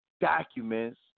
documents